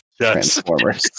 Transformers